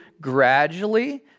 gradually